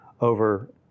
over